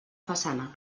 façana